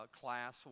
class